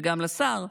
וגם לשר,